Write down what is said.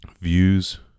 views